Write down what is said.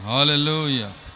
Hallelujah